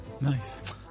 nice